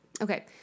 Okay